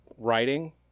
Writing